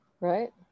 right